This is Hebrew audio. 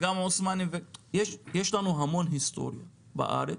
יש לנו המון היסטוריה בארץ,